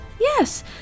Yes